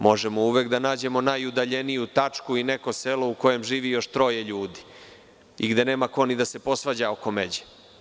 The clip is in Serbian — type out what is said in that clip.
Možemo uvek da nađemo najudaljeniju tačku ili neko selo u kojem živi još troje ljudi i gde nema ko ni da se posvađa oko međe.